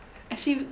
actually